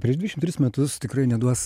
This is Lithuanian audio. prieš dvidešim tris metus tikrai neduos